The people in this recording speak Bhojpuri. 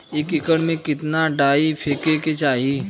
एक एकड़ में कितना डाई फेके के चाही?